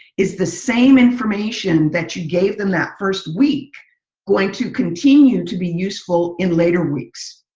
it's the same information that you gave them that first week going to continue to be useful in later weeks.